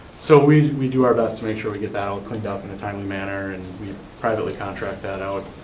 so we we do our best to make sure we get that all cleaned up in a timely manner, and we privately contract that out.